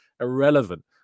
irrelevant